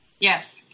Yes